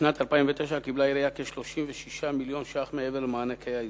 בשנת 2009 קיבלה העירייה כ-36 מיליון מעבר למענקי האיזון.